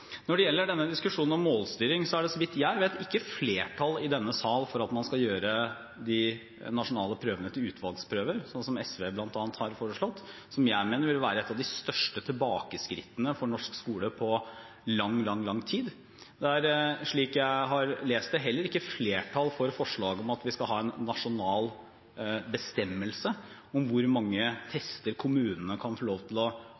Når det gjelder diskusjonen om målstyring, er det, så vidt jeg vet, ikke flertall i denne sal for at man skal gjøre de nasjonale prøvene til utvalgsprøver, som bl.a. SV har foreslått, og som jeg mener vil være et av de største tilbakeskrittene for norsk skole på lang, lang tid. Det er, slik jeg har lest det, heller ikke slik at det er flertall for forslaget om at vi skal ha en nasjonal bestemmelse om hvor mange tester kommunene kan få lov til å